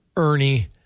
Ernie